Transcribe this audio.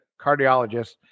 cardiologist